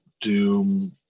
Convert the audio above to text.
doom